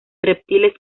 reptiles